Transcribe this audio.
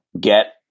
get